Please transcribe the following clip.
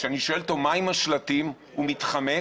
כשאני שואל אותו מה עם השלטים הוא מתחמק